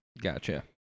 Gotcha